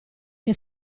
che